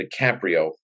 DiCaprio